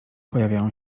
pojawiają